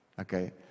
Okay